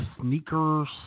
sneakers